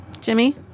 Jimmy